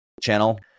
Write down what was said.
channel